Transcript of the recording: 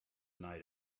night